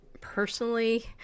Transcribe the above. personally